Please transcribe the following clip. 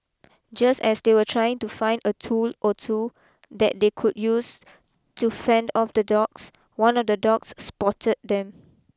just as they were trying to find a tool or two that they could use to fend off the dogs one of the dogs spotted them